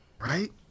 right